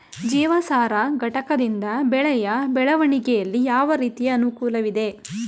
ಜೀವಸಾರ ಘಟಕದಿಂದ ಬೆಳೆಯ ಬೆಳವಣಿಗೆಯಲ್ಲಿ ಯಾವ ರೀತಿಯ ಅನುಕೂಲವಿದೆ?